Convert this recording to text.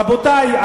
רבותי,